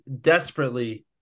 desperately